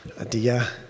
Adia